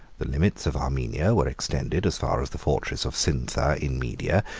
the limits of armenia were extended as far as the fortress of sintha in media,